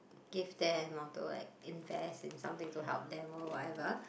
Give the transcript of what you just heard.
give them or to like invest in something to help them or whatever